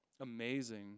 amazing